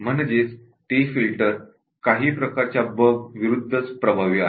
म्हणजेच ते फिल्टर काही प्रकारच्या बग्स विरूद्धच प्रभावी आहेत